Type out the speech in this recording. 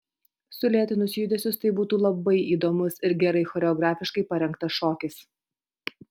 sulėtinus judesius tai būtų labai įdomus ir gerai choreografiškai parengtas šokis